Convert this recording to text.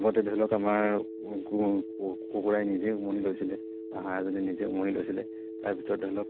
আগতে ধৰি লওক আমাৰ কুকুৰাই নিজে উমনি লৈছিলে বা হাঁহ এজনীয়ে নিজে উমনি লৈছিলে তাৰ ভিতৰত ধৰি লওক